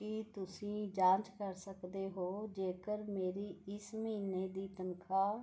ਕੀ ਤੁਸੀਂਂ ਜਾਂਚ ਕਰ ਸਕਦੇ ਹੋ ਜੇਕਰ ਮੇਰੀ ਇਸ ਮਹੀਨੇ ਦੀ ਤਨਖਾਹ